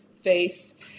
face